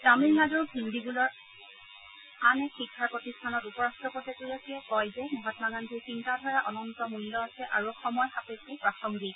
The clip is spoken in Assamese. তামিলনাডুৰ ভিন্দিগুলৰ আন একন শিক্ষা প্ৰতিষ্ঠানত উপ ৰট্টপতিগৰাকীয়ে কয় যে মহাম্মা গান্ধীৰ চিন্তাধাৰাৰ অনন্ত মূল্য আছে আৰু সময় সাপেক্ষে প্ৰাসংগিক